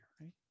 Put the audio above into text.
right